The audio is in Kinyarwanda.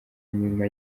nyuma